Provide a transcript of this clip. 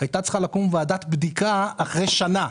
הייתה צריכה לקום ועדת בדיקה אחרי שנה